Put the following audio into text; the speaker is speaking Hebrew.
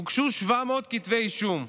והוגשו 700 כתבי אישום.